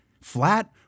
Flat